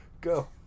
Go